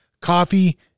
coffee